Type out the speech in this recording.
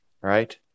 Right